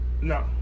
no